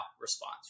response